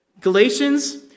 Galatians